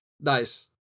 Nice